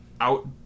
out